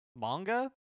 manga